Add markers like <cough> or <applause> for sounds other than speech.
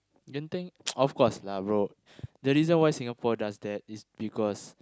Genting <noise> of course lah bro the reason why Singapore does that is because